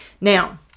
Now